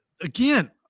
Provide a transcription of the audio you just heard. again –